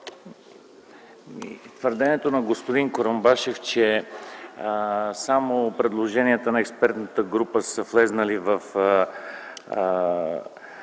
Твърденията на господин Курумбашев, че само предложенията на експертната група са влезли и